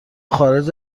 خارج